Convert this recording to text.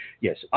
Yes